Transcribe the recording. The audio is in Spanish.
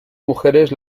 mujeres